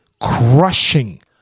crushing